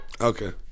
Okay